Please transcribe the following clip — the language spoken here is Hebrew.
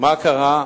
מה קרה?